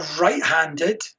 right-handed